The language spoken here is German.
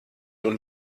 und